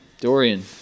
Dorian